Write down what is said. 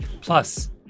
Plus